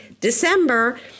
December